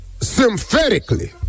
sympathetically